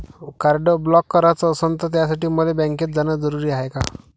Card block कराच असनं त त्यासाठी मले बँकेत जानं जरुरी हाय का?